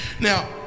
Now